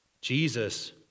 Jesus